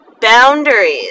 boundaries